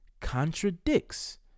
contradicts